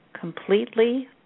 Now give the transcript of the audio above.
completely